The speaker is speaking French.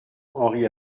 henri